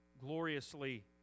gloriously